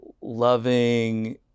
loving